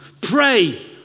pray